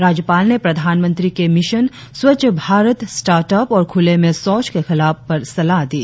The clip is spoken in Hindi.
राज्यपाल ने प्रधानमंत्री के mission Swachh Bharat start up और खुले में शौचा के खिलाफ पर सलाह दी